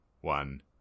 one